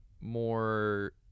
more